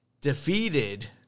Defeated